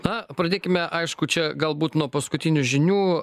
na pradėkime aišku čia galbūt nuo paskutinių žinių